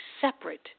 separate